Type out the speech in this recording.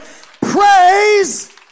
Praise